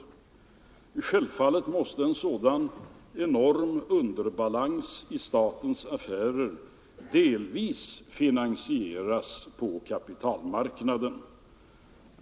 Självfallet måste en sådan enorm underbalans i statens affärer delvis finansieras på kapitalmarknaden.